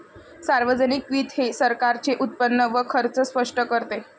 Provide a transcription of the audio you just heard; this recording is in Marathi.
सार्वजनिक वित्त हे सरकारचे उत्पन्न व खर्च स्पष्ट करते